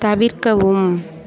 தவிர்க்கவும்